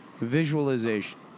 visualization